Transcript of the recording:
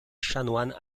chanoine